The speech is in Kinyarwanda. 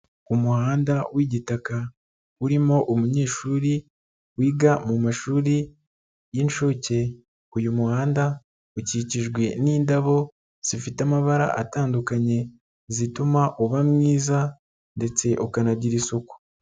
Umuhanda w'igitaka urimo umunyeshuri wiga mu mashuri y'incuke, uyu muhanda ukikijwe n'indabo zifite amabara atandukanye zituma uba mwiza, ndetse ukanagira isuku.